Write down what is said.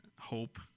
hope